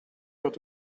got